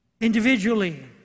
individually